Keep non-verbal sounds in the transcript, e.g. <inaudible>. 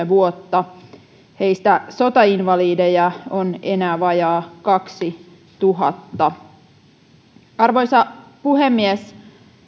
<unintelligible> vuotta heistä sotainvalideja on enää vajaat kaksituhatta arvoisa puhemies